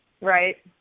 Right